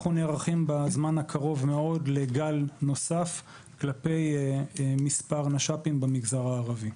אנחנו נערכים בזמן הקרוב מאוד לגל נוסף כלפי מספר נש"פים במגזר הערבי.